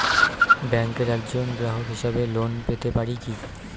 ব্যাংকের একজন গ্রাহক হিসাবে লোন পেতে পারি কি?